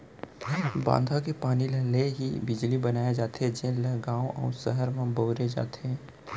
बांधा के पानी ले ही बिजली बनाए जाथे जेन ल गाँव अउ सहर म बउरे जाथे